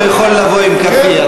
הוא יכול לבוא עם כאפיה,